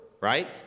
right